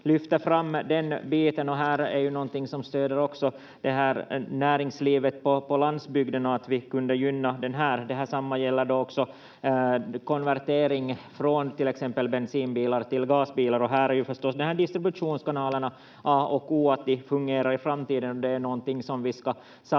lyfter fram den biten, och det här är ju någonting som stöder också näringslivet på landsbygden och att vi kunde gynna det. Detsamma gäller också konvertering från till exempel bensinbilar till gasbilar, och här är det ju förstås a och o att distributionskanalerna fungerar i framtiden. Det är någonting som vi ska